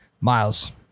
Miles